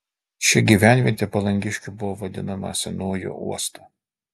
ši gyvenvietė palangiškių buvo vadinama senuoju uostu